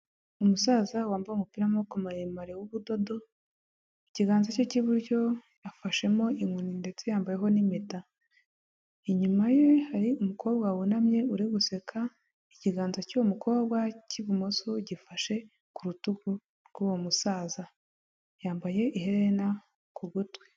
Umusaza wambaye umupira w'amaboko maremare w'ubudodo ikiganza cye cy'iburyo afashemo inkoni ndetse yambayeho n'impeta inyuma ye hari umukobwa wunamye uri guseka ikiganza cy'uwo mukobwa cy'ibumoso gifashe ku rutugu rw'uwo musaza yambaye iherena ku gutwi.